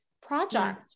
project